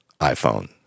iPhone